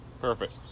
perfect